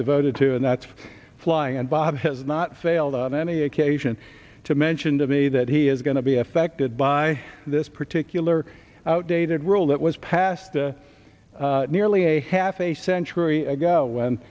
devoted to and that's flying and bob has not failed on any occasion to mention to me that he is going to be affected by this particular outdated rule that was passed nearly a half a century ago when